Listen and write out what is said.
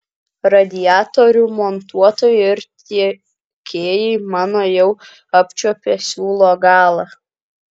radiatorių montuotojai ir tiekėjai mano jau apčiuopę siūlo galą